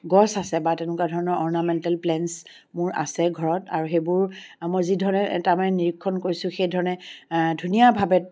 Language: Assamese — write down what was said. গছ আছে বা তেনেকুৱা ধৰণৰ অৰ্নামেণ্টেল প্লেন্টছ মোৰ আছে ঘৰত আৰু সেইবোৰ আৰু মই যি ধৰণে তাৰ মানে নিৰীক্ষণ কৰিছো সেই ধৰণে ধুনীয়াভাৱে